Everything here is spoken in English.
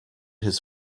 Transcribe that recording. his